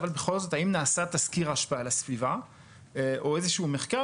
האם נעשה תסקיר השפעה על הסביבה או איזשהו מחקר